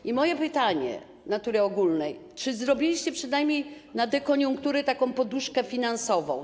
I moje pytanie natury ogólnej: Czy przygotowaliście przynajmniej na dekoniunkturę taką poduszkę finansową?